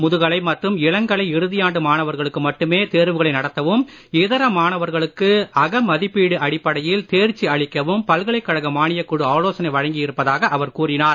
முதுகலை மற்றும் இளங்கலை இறுதியாண்டு மாணவர்களுக்கு மட்டுமே தேர்வுகளை நடத்தவும் இதர மாணவர்களுக்கு அகமதிப்பீடு அடிப்படையில் தேர்ச்சி அளிக்கவும் பல்கலைக் கழக மானியக் குழு ஆலோசனை வழங்கி இருப்பதாக அவர் கூறினார்